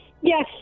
Yes